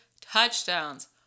touchdowns